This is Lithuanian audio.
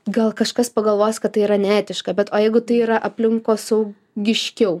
gal kažkas pagalvos kad tai yra neetiška bet o jeigu tai yra aplinkosaugiškiau